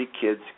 kids